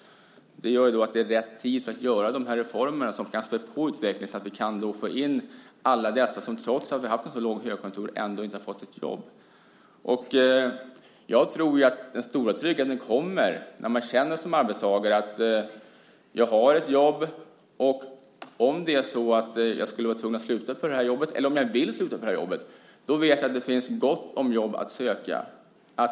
Det gör att det är rätt tid att genomföra de reformer som kan spä på utvecklingen, så att vi kan få in alla de människor som trots en lång högkonjunktur inte har fått jobb. Jag tror att den stora tryggheten kommer när man som arbetstagare känner att man har ett jobb. Och om man skulle vara tvungen att sluta på sitt jobb, eller om man vill sluta på sitt jobb, vet man att det finns gott om jobb att söka.